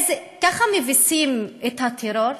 ככה מביסים את הטרור,